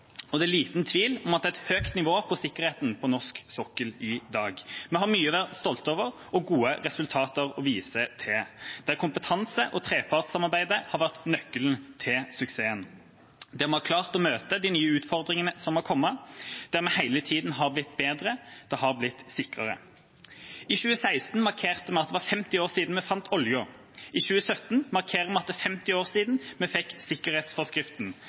og det er liten tvil om at det er et høyt nivå på sikkerheten på norsk sokkel i dag. Vi har mye å være stolt over og gode resultater å vise til, der kompetanse og trepartssamarbeidet har vært nøkkelen til suksessen, der vi har klart å møte de nye utfordringene som har kommet, der vi hele tiden har blitt bedre, og det har blitt sikrere. I 2016 markerte vi at det var 50 år siden vi fant oljen. I 2017 markerer vi at det er 50 år siden vi fikk sikkerhetsforskriften